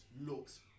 looks